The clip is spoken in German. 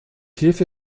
hilfe